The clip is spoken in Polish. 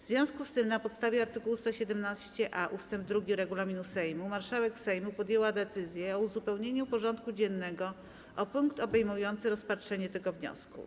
W związku z tym, na podstawie art. 117a ust. 2 regulaminu Sejmu, marszałek Sejmu podjęła decyzję o uzupełnieniu porządku dziennego o punkt obejmujący rozpatrzenie tego wniosku.